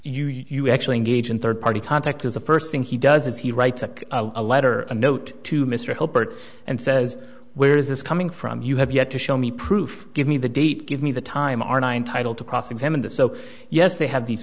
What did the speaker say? you you actually engage in third party contact is the first thing he does is he writes a letter a note to mr hubbard and says where is this coming from you have yet to show me proof give me the date give me the time are nine title to cross examine the so yes they have these